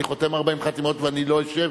אני חותם 40 חתימות ואני לא אשב?